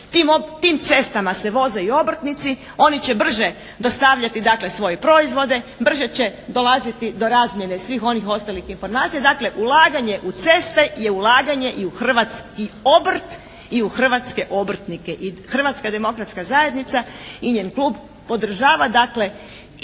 Tim cestama se voze i obrtnici, oni će brže dostavljati dakle svoje proizvode, brže će dolaziti do razmjene svih onih ostalih informacija. Dakle, ulaganje u ceste je ulaganje i u hrvatski obrt i u hrvatske obrtnike i Hrvatska demokratska zajednica i njen klub podržava dakle i izgradnju